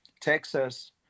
Texas